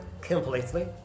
completely